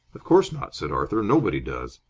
of course not, said arthur. nobody does.